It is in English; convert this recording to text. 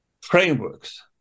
frameworks